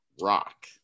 Rock